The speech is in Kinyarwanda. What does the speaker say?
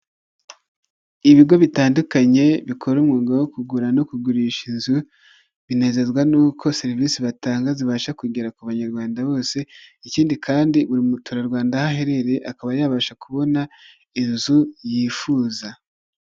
Inzu y'ubwisungane gusa hariho abakozi ba emutiyene n'abakiriya baje kugana ikigo cy'ubwisungane cyitwa buritamu, kiri mu nyubako isa n'iyubakishije amabati n'ibirahuri.